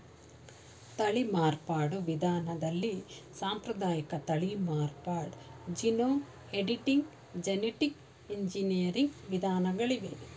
ತಳಿ ಮಾರ್ಪಾಡು ವಿಧಾನದಲ್ಲಿ ಸಾಂಪ್ರದಾಯಿಕ ತಳಿ ಮಾರ್ಪಾಡು, ಜೀನೋಮ್ ಎಡಿಟಿಂಗ್, ಜೆನಿಟಿಕ್ ಎಂಜಿನಿಯರಿಂಗ್ ವಿಧಾನಗಳಿವೆ